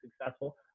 successful